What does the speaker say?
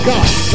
God